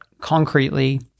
concretely